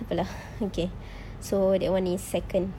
tak apa lah okay so that [one] is second